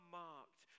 marked